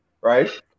right